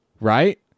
right